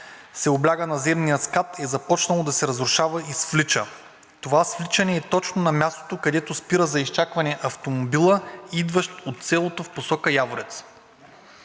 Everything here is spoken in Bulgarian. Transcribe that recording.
се обляга на земния скат, е започнало да се разрушава и свлича. Това свличане е точно на място, където спира за изчакване автомобилът, идващ от селото, в посока село Яворец.